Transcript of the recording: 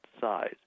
size